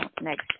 next